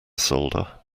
solder